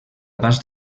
abans